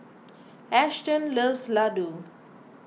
Ashton loves Ladoo